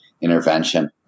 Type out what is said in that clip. intervention